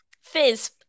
Fizz